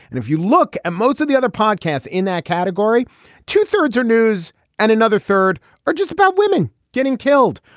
and if you look at most of the other podcasts in that category two thirds are news and another third are just about women getting killed.